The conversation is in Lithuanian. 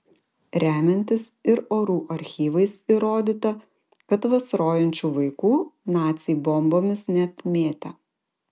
remiantis ir orų archyvais įrodyta kad vasarojančių vaikų naciai bombomis neapmėtė